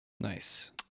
Nice